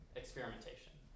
experimentation